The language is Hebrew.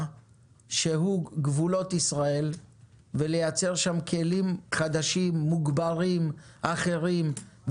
שבו נרצה לייצר כלים חדשים ומוגברים לטובת ההייטק,